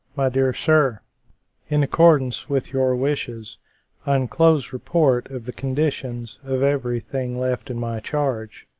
my dear sir in accordance with your wishes, i enclose report of the conditions of everything left in my charge.